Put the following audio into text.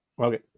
okay